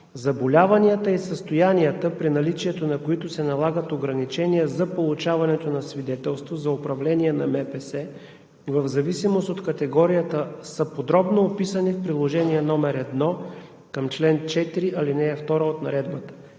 Заболяванията и състоянията, при наличието на които се налагат ограничения за получаването на свидетелство за управление на МПС в зависимост от категорията, са подробно описани в Приложение № 1 към чл. 4, ал. 2 от Наредбата.